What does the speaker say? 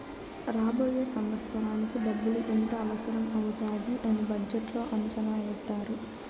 రాబోయే సంవత్సరానికి డబ్బులు ఎంత అవసరం అవుతాది అని బడ్జెట్లో అంచనా ఏత్తారు